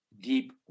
Deep